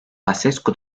basescu